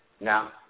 Now